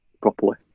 properly